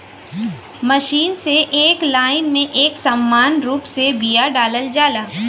machine से एक line में एक समान रूप से बिया डालल जाला